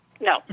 no